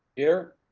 here,